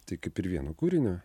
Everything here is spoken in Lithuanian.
tai kaip ir vieno kūrinio